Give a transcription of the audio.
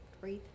breathe